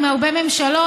עם הרבה ממשלות,